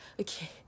okay